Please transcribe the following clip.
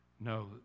No